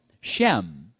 Shem